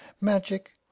magic